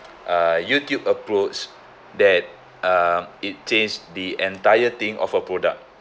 uh youtube uploads that uh it change the entire thing of a product